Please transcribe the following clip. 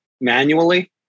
manually